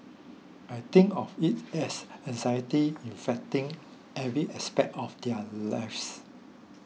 I think of it as anxiety infecting every aspect of their lives